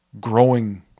growing